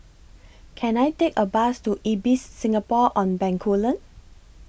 Can I Take A Bus to Ibis Singapore on Bencoolen